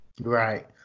Right